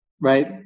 right